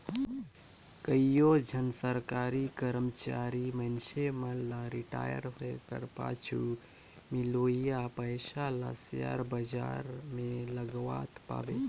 कइयो झन सरकारी करमचारी मइनसे मन ल रिटायर होए कर पाछू मिलोइया पइसा ल सेयर बजार में लगावत पाबे